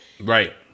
Right